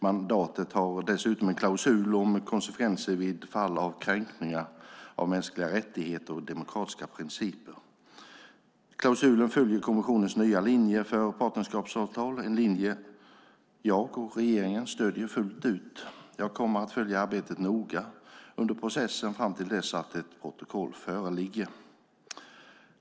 Mandatet har dessutom en klausul om konsekvenser vid fall av kränkningar av mänskliga rättigheter och demokratiska principer. Klausulen följer kommissionens nya linje för partnerskapsavtalen, en linje jag och regeringen stöder fullt ut. Jag kommer att följa arbetet noga under processen fram till dess att ett protokoll föreligger.